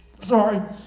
Sorry